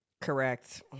Correct